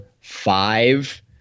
five